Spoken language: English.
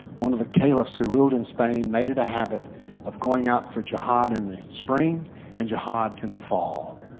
one of the caliphs who ruled in spain made it a habit up going out for jihad in the spring and jihad in the fall